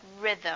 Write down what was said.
rhythm